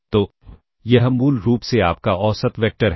तो यह मूल रूप से आपका औसत वेक्टर है